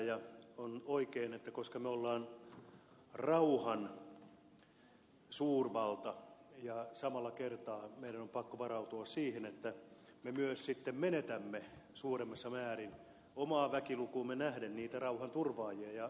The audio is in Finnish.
se on oikein koska me olemme rauhan suurvalta ja samalla kertaa meidän on pakko varautua siihen että me myös sitten menetämme suuremmassa määrin omaan väkilukuumme nähden niitä rauhanturvaajia